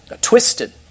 twisted